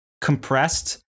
compressed